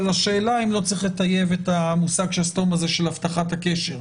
אבל השאלה היא האם לא צריך לטייב את מושג השסתום הזה של הבטחת הקשר.